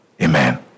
Amen